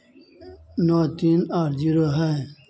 नौ तीन आठ ज़ीरो है